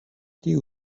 tiu